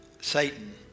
Satan